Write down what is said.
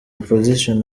opposition